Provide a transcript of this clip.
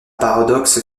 paradoxe